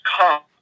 come